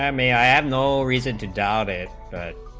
um a ad no reason to doubt it had